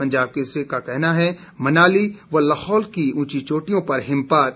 पंजाब केसरी की का कहना है मनाली व लाहौल में उंची चोटियों पर हिमपात